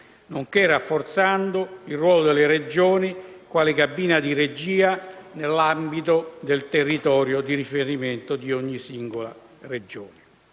nonché rafforzando il ruolo delle Regioni quali cabina di regia nell'ambito del territorio di riferimento di ogni singola Regione.